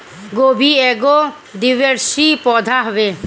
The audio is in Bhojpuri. गोभी एगो द्विवर्षी पौधा हवे